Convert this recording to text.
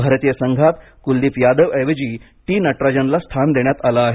भारतीय संघात क्लदीप यादव ऐवजी टी नटराजनला स्थान देण्यात आलं आहे